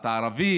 אתה ערבי?